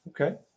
okay